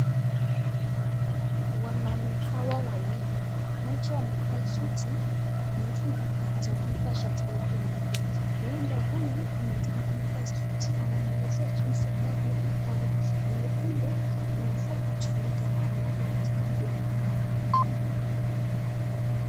Wanaume hawa wawili, mmoja amevaa suti ,mwingine amevaa shati lake nyeupe, huenda huyu amevaa suti anamwelezea jinsi ambavyo hii gari nyekundu inafaa kutumika maanake anataka kununua.